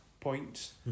points